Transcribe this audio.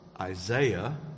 Isaiah